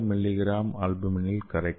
கி அல்புமினில் கரைக்கலாம்